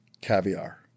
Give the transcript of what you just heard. Caviar